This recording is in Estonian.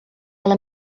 ole